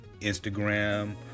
Instagram